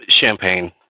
Champagne